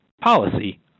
policy